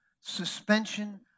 suspension